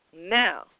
now